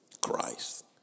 Christ